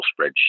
spreadsheet